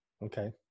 Okay